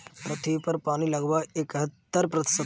पृथ्वी पर पानी लगभग इकहत्तर प्रतिशत है